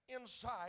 inside